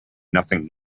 nothing